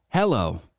Hello